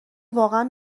واقعا